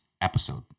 episode